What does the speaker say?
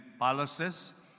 palaces